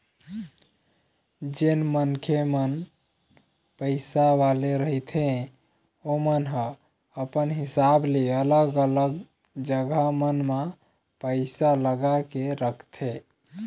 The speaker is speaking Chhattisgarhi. जेन मनखे मन पइसा वाले रहिथे ओमन ह अपन हिसाब ले अलग अलग जघा मन म पइसा लगा के रखथे